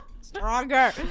Stronger